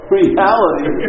reality